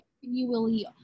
continually